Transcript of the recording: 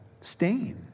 stain